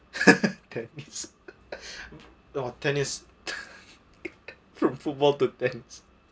tennis oh tennis from football to tennis